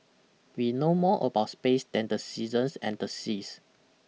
we know more about space than the seasons and the seas